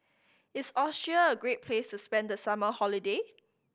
is Austria a great place to spend the summer holiday